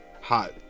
hot